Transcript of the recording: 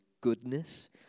goodness